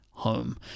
home